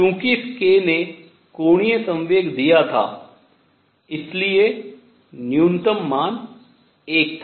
चूँकि इस k ने कोणीय संवेग दिया था इसलिए न्यूनतम मान 1 था